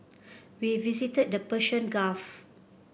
we visited the Persian Gulf